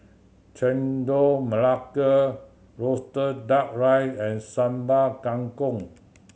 Chendol Melaka roasted Duck Rice and Sambal Kangkong